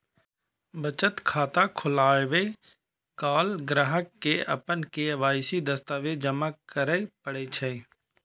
बचत खाता खोलाबै काल ग्राहक कें अपन के.वाई.सी दस्तावेज जमा करय पड़ै छै